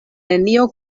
nenio